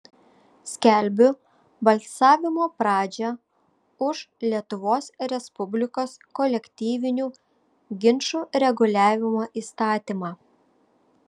skelbiu balsavimo pradžią už lietuvos respublikos kolektyvinių ginčų reguliavimo įstatymą